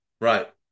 Right